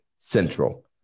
central